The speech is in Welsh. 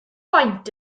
faint